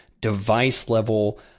device-level